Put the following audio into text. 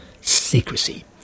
Secrecy